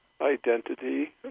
identity